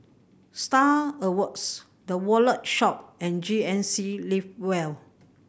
Star Awards The Wallet Shop and G N C Live well